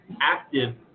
active